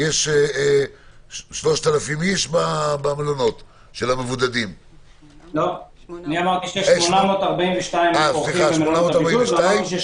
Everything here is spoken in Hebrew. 842 איש במלונות המבודדים, לפי דבריך.